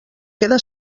queda